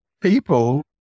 people